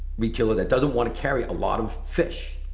retailer that doesn't want to carry a lot of fish.